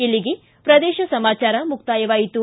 ಇಲ್ಲಿಗೆ ಪ್ರದೇಶ ಸಮಾಚಾರ ಮುಕ್ತಾಯವಾಯಿತು